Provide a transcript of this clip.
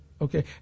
okay